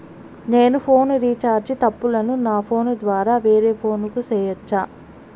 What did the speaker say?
నేను phone recharge తప్పులను నా ఫోను ద్వారా వేరే ఫోను కు సేయొచ్చా?